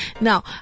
Now